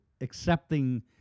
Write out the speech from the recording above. accepting